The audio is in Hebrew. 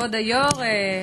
כבוד היושב-ראש,